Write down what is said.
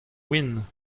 win